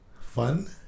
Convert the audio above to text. fun